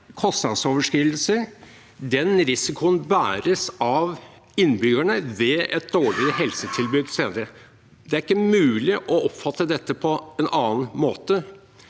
kostnadsoverskridelser har en risiko som bæres av innbyggerne ved et dårligere helsetilbud senere. Det er ikke mulig å oppfatte dette på en annen måte.